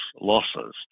losses